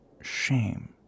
shame